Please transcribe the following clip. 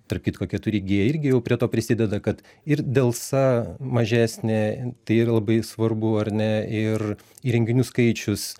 tarp kitko keturi gie irgi jau prie to prisideda kad ir delsa mažesnė tai yra labai svarbu ar ne ir įrenginių skaičius